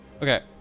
Okay